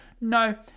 No